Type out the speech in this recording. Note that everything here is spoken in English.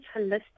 holistic